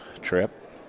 trip